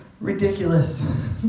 ridiculous